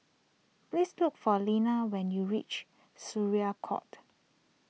please look for Lena when you reach Syariah Court